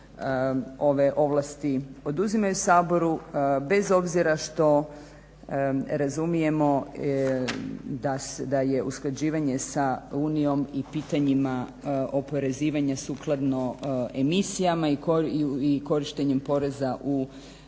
ove ovlasti oduzimaju Saboru, bez obzira što razumijemo da je usklađivanje sa Unijom i pitanjima oporezivanja sukladno emisijama i korištenjem poreza u